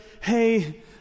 hey